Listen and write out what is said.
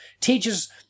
teachers